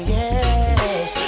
yes